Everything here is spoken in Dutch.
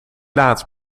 laat